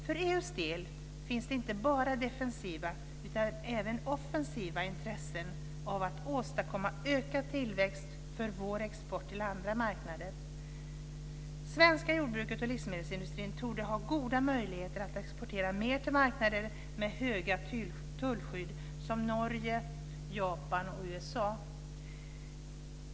För EU:s del finns det inte bara defensiva utan även offensiva intressen av att åstadkomma ökat tillträde för vår export till andra marknader. Det svenska jordbruket och livsmedelsindustrin torde ha goda möjligheter att exportera mer till marknader med höga tullskydd som Norge, Japan och USA.